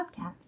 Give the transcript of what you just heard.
podcast